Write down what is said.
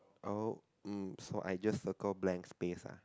oh mm so I just circle blank space uh